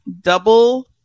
double